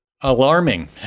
alarming